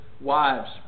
wives